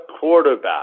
quarterback